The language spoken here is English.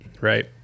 right